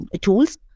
tools